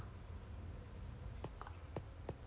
Craig ah Craig Owen Darfield